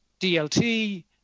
DLT